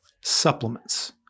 Supplements